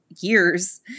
years